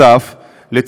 נוסף על כך,